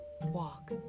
walk